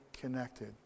connected